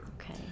Okay